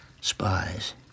Spies